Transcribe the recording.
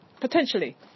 Potentially